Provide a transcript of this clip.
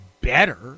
better